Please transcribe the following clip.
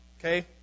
Okay